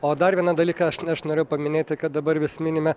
o dar vieną dalyką aš aš norėjau paminėti kad dabar vis minime